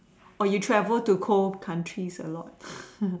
or you travel to cold countries a lot